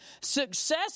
success